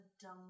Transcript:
dumb